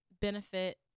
benefit